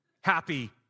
happy